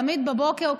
תמיד בבוקר,